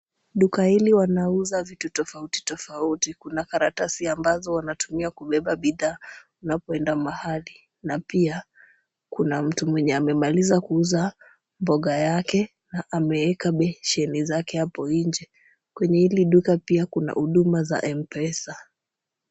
Duka hili wanauza vitu tofauti tofauti. Kuna karatasi ambazo wanatumia kubeba bidhaa unapoenda mahali na pia, kuna mtu mwenye amemaliza kuuza mboga yake na ameeka besheni zake hapo nje. Kwenye hili duka pia kuna huduma za M-Pesa.